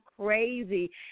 crazy